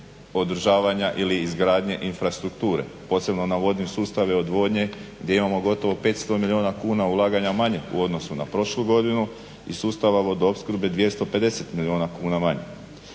održavanja ili izgradnje infrastrukture posebno na vodne sustave odvodnje gdje imamo gotovo 500 milijuna kuna ulaganja manje u odnosu na prošlu godinu iz sustava vodoopskrbe 250 milijuna manje.